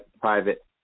private